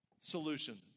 solution